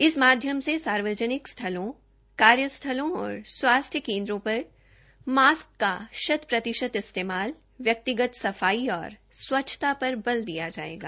इस माध्यम से सार्वजनिक स्थलों कार्य स्थलों और स्वास्थ्य केन्द्रों पर मास्क का शत प्रतिशत इस्तेमाल व्यक्तिगत सफाई और स्व्च्छता पर बल दिया जायेगा